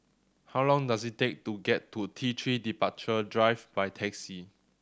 how long does it take to get to T Three Departure Drive by taxi